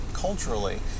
culturally